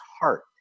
heart